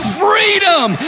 freedom